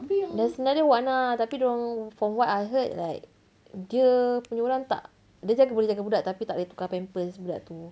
there's another one lah tapi dorang from what I heard like dia punya orang tak dia jaga boleh jaga budak tapi tak boleh tukar pampers budak tu